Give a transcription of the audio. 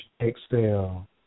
exhale